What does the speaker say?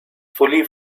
fully